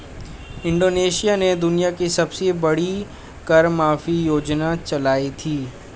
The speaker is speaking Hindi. इंडोनेशिया ने दुनिया की सबसे बड़ी कर माफी योजना चलाई थी